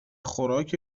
خوراک